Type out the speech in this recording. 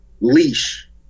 leash